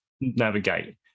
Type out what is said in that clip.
navigate